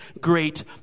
great